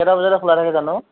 কেইটা বজালৈকে খোলা থাকে জানো